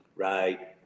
Right